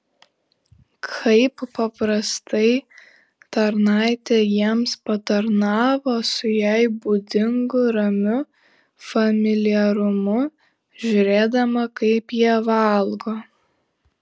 kaip paprastai tarnaitė jiems patarnavo su jai būdingu ramiu familiarumu žiūrėdama kaip jie valgo